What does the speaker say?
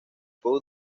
puede